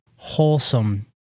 wholesome